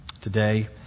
today